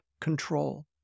control